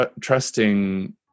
trusting